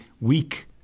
weak